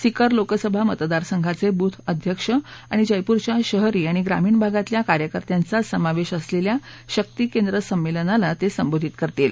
seeker Lok Sabha मतदारसंघाचे booth अध्यक्ष आणि जयपूरच्या शहरी आणि ग्रामीण भागातल्या कार्यकर्त्यांचा समावेश असलेल्या शक्ती केंद्र संमेलनाला ते संबोधित करतील